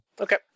Okay